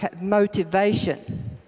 motivation